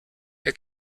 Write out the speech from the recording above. der